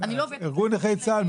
ארגון נכי צה"ל,